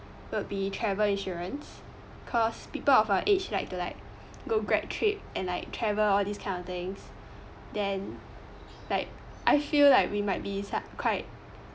would be travel insurance cause people of our age like to like go grad trip and like travel all these kind of things then like I feel like we might be sub~ quite